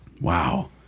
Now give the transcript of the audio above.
Wow